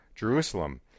Jerusalem